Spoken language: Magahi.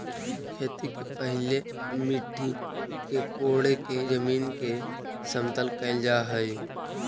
खेती के पहिले मिट्टी के कोड़के जमीन के समतल कैल जा हइ